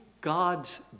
God's